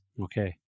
Okay